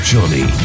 Johnny